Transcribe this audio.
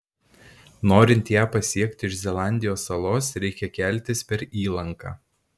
norint ją pasiekti iš zelandijos salos reikia keltis per įlanką